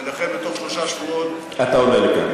ולכן, בתוך שלושה שבועות, אתה עולה לכאן.